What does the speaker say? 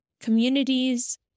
communities